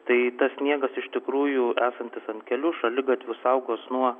tai tas sniegas iš tikrųjų esantis ant kelių šaligatvių saugos nuo